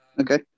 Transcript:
Okay